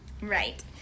Right